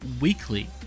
weekly